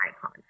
icon